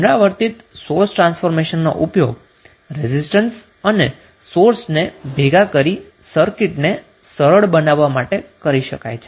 પુનરાવર્તિત સોર્સ ટ્ર્રાન્સફોર્મેશનનો ઉપયોગ રેઝિસ્ટન્સ અને સોર્સને ભેગા કરી સર્કિટને સરળ બનાવવા માટે કરી શકાય છે